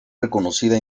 reconocida